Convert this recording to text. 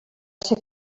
ser